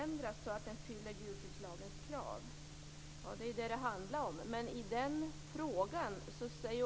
Fru talman!